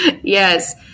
Yes